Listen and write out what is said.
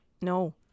No